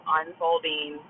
unfolding